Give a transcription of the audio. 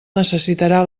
necessitarà